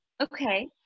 Okay